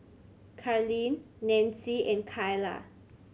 Carlene Nancie and Kaila